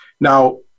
Now